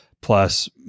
plus